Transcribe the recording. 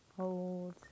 Hold